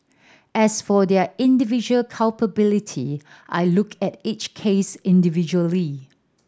as for their individual culpability I looked at each case individually